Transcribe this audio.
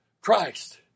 Christ